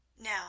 Now